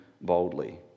boldly